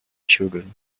children